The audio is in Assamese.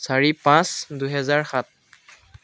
চাৰি পাঁচ দুহেজাৰ সাত